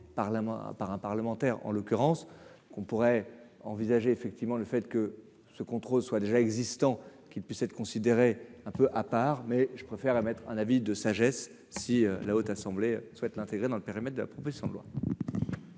par un parlementaire, en l'occurrence, qu'on pourrait envisager, effectivement, le fait que ce contrôle soit déjà existants qu'puisse être considéré un peu à part, mais je préfère émettre un avis de sagesse si la Haute assemblée souhaite l'intégrer dans le périmètre de la proposition de loi.